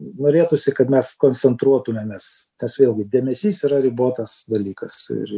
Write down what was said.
norėtųsi kad mes koncentruotumėmės tas vėlgi dėmesys yra ribotas dalykas ir